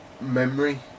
memory